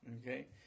okay